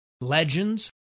legends